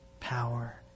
power